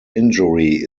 injury